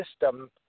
system